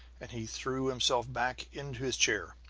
and he threw himself back into his chair.